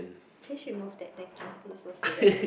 please you move that thank you not so say that